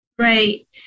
Right